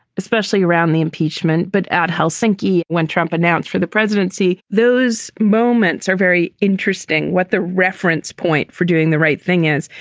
especially around the impeachment. but at helsinki, when trump announced for the presidency, those moments are very interesting what the reference point for doing the right thing is.